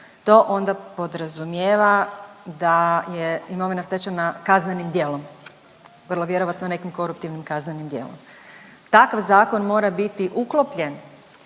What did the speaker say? To onda podrazumijeva da je imovina stečena kaznenim djelom, vrlo vjerojatno nekim koruptivnim kaznenim djelom. Takav zakon mora biti uklopljen